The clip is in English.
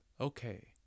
okay